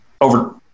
over